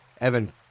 Evan